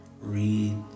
read